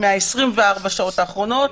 מ-24 השעות האחרונות,